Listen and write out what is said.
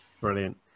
brilliant